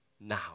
now